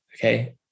Okay